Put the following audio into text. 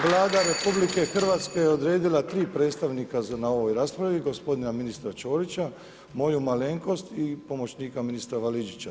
Vlada RH je odredila tri predstavnika na ovoj raspravi, gospodina ministra Ćorića, moju malenkost i pomoćnika ministra Valiđića.